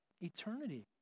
eternity